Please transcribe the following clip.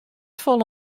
folle